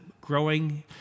growing